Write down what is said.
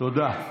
תודה.